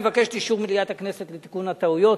אני מבקש את אישור מליאת הכנסת לתיקון הטעויות.